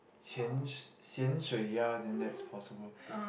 yan yan-shui-ya then that is possible